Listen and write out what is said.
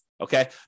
Okay